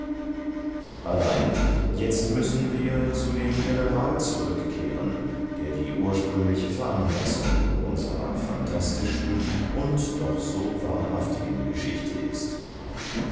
allein jetzt müssen wir zu dem general zurückkehren der die ursprüngliche veranlassung unserer phantastischen und doch so wahrhaftigen geschichte ist